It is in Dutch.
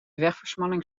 wegversmalling